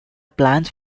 plans